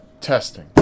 Testing